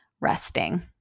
resting